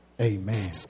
Amen